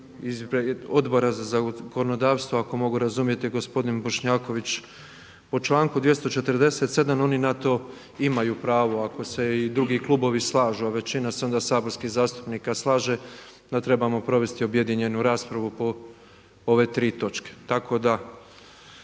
Odbora za zakonodavstvo ako mogu razumjeti gospodin Bošnjaković po članku 247. oni na to imaju pravo ako se i drugi klubovi slažu, a većina se onda saborskih zastupnika slaže da trebamo provesti objedinjenju raspravu po ove tri točke,